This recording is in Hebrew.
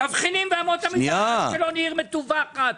היא עיר מטווחת,